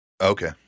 Okay